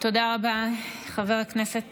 תודה רבה, חבר הכנסת